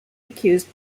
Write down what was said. accused